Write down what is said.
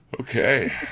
Okay